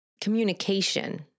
communication